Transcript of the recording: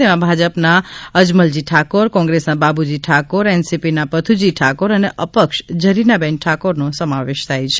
તેમાં ભાજપના અજમલજી ઠાકોર કોંગ્રેસના બાબુજી ઠાકોર એનસીપીના પથુજી ઠાકોર અને અપક્ષ જરીનાબેન ઠાકોરનો સમાવેશ થાય છે